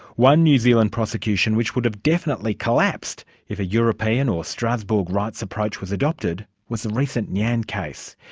one new zealand prosecution which would ah definitely collapsed if a european or strasbourg rights approach was adopted, was the recent ngan yeah and case.